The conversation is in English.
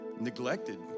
neglected